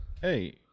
Hey